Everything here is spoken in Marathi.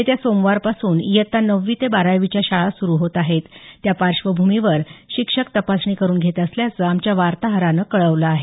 येत्या सोमवारपासून इयत्ता नववी ते बारावीच्या शाळा सुरु होत आहे त्या पार्श्वभूमीवर शिक्षक तपासणी करुन घेत असल्याचं आमच्या वार्ताहरानं कळवलं आहे